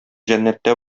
җәннәттә